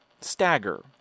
stagger